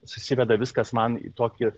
susiveda viskas man į tokį